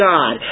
God